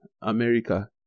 America